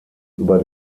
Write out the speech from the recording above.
über